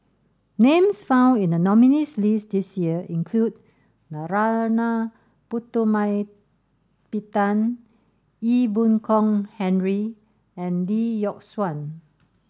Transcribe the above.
names found in the nominees' list this year include Narana Putumaippittan Ee Boon Kong Henry and Lee Yock Suan